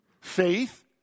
Faith